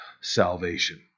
salvation